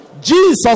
Jesus